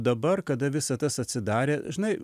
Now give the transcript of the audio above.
dabar kada visą tas atsidarė žinai